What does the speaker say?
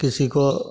किसी को